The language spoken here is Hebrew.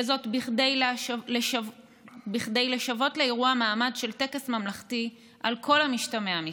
וזאת כדי לשוות לאירוע מעמד של טקס ממלכתי על כל המשתמע מכך.